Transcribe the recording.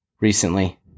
recently